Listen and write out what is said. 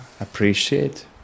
appreciate